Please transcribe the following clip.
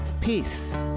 Peace